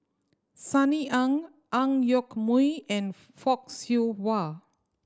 Sunny Ang Ang Yoke Mooi and Fock Siew Wah